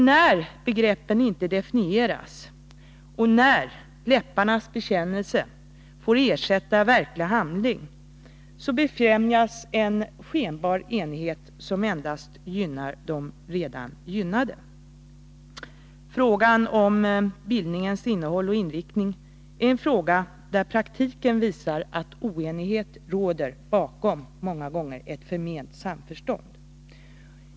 När begreppet inte definieras och när läpparnas bekännelse får ersätta verklig handling befrämjas en skenbar enighet, som endast gynnar de redan gynnade. Frågan om bildningens innehåll och inriktning är en fråga där praktiken visar att oenighet många gånger råder bakom ett förment samförstånd.